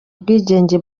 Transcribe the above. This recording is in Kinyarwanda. ubwigenge